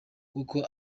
kuko